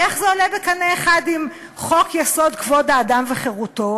איך זה עולה בקנה אחד עם חוק-יסוד: כבוד האדם וחירותו?